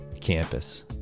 campus